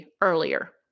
earlier